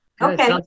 Okay